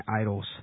idols